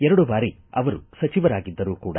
ಎರಡು ಬಾರಿ ಅವರು ಸಚಿವರಾಗಿದ್ದರು ಕೂಡ